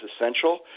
essential